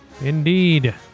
Indeed